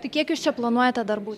tai kiek jūs čia planuojate darbų